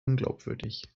unglaubwürdig